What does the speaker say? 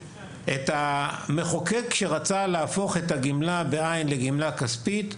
את המחוקק שרצה להפוך את הגמלה בעין לגמלה כספית?